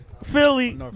Philly